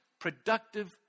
productive